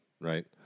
Right